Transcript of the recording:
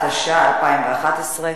התשע"א 2011,